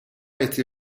été